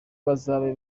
bazabe